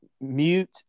mute